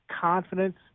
confidence